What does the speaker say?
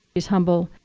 she's humble,